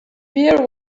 beer